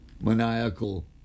maniacal